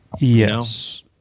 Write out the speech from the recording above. Yes